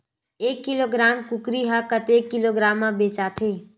एक किलोग्राम कुकरी ह कतेक किलोग्राम म बेचाथे?